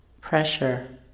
pressure